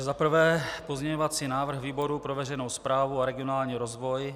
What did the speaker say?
Za prvé pozměňovací návrh výboru pro veřejnou správu a regionální rozvoj.